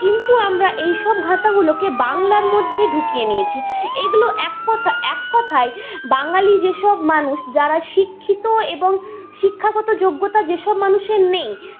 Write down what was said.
কিন্তু আমরা এইসব ভাষাগুলোকে বাংলার মধ্যে ঢুকিয়ে নিয়েছি এইগুলো এক পথা এক কথায় বাঙালি যেসব মানুষ যারা শিক্ষিত এবং শিক্ষাগত যোগ্যতা যেসব মানুষের নেই